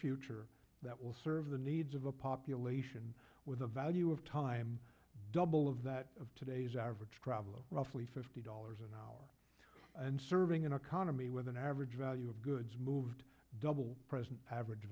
future that will serve the needs of a population with a value of time double of that of today's average travel roughly fifty dollars an hour and serving in a condo me with an average value of goods moved double present pav